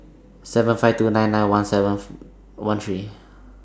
seven five two nine nine one four seven one three